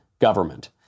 government